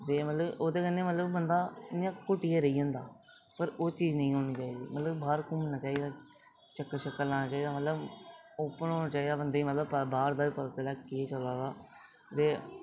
ते मतलब ओह्दे कन्नै मतलब बंदा इ'यां घुटियै रेही जंदा पर ओह् चीज नेईं होनी चाहिदी मतलब बाह्र घूमना चाहिदा चक्कर शक्कर लाना चाहिदा मतलब ओपन होना चाहिदा बंदे ई मतलब बाह् बूह्र पता चलै केह् चलै दा ते